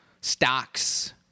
stocks